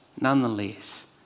nonetheless